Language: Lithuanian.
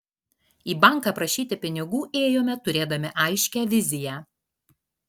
į banką prašyti pinigų ėjome turėdami aiškią viziją